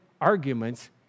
arguments